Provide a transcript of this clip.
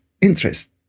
interest